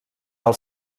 del